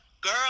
girl